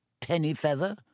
Pennyfeather